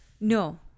no